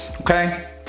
okay